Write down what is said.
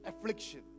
affliction